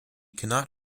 cannot